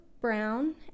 Brown